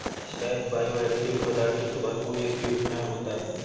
शहद बायोएक्टिव पदार्थों से भरपूर एक स्वीटनर होता है